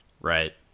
Right